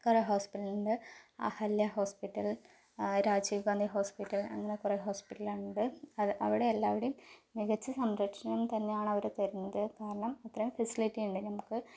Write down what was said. കുറെ ഹോസ്പിറ്റലുണ്ട് Ahalya hospital Rajiv Gandhi hospital അങ്ങനെ കുറെ ഹോസ്പിറ്റലുണ്ട് അവിടെ എല്ലാവടെയും മികച്ച സംരക്ഷണം തന്നെയാണ് അവര് തരുന്നത് കാരണം ഇത്രയും ഫെസിലിറ്റി ഉണ്ട് നമുക്ക്